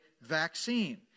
vaccine